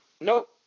nope